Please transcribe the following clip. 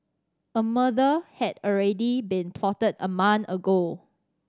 a murder had already been plotted a month ago